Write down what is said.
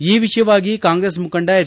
ಈ ವಿಷಯವಾಗಿ ಕಾಂಗ್ರೆಸ್ ಮುಖಂಡ ಎಚ್